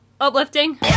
uplifting